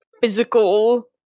physical